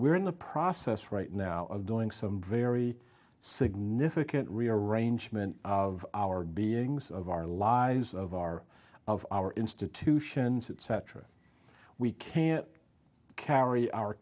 we're in the process right now of doing some very significant rearrangement of our beings of our lives of our of our institutions etc we can't carry our